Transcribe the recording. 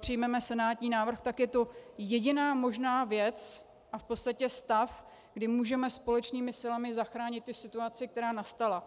přijmeme senátní návrh, tak je to jediná možná věc a v podstatě stav, kdy můžeme společnými silami zachránit tu situaci, která nastala.